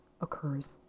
occurs